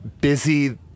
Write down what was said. busy